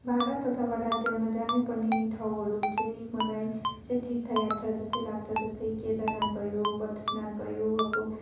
भारत अथवा राज्यमा जानै पर्ने ठाउँहरू चाहिँ मलाई चाहिँ तीर्थ यात्रा जस्तै लाग्छ जस्तै केदारनाथ भयो बद्रीनाथ भयो अब